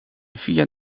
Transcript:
via